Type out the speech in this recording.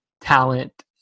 talent